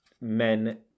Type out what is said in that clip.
men